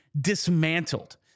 dismantled